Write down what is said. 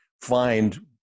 find